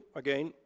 again